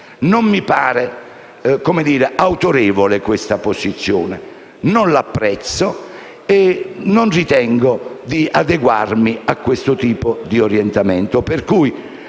Non mi pare autorevole questa posizione, non l'apprezzo e non ritengo di adeguarmi a un siffatto tipo di orientamento.